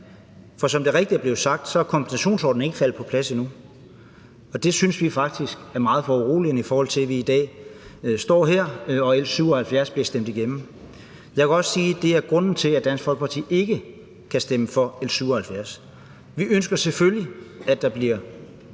For som det rigtigt er blevet sagt, er kompensationsordningen ikke faldet på plads endnu. Det synes vi faktisk er meget foruroligende, i forhold til at vi i dag står her og L 77 bliver stemt igennem. Jeg vil godt sige, at det er grunden til, at Dansk Folkeparti ikke kan stemme for L 77. Vi ønsker selvfølgelig, at der bliver